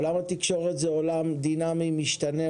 עולם התקשורת הוא עולם דינמי ומשתנה,